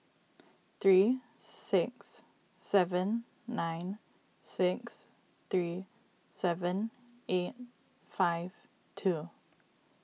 three six seven nine six three seven eight five two